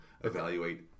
evaluate